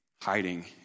hiding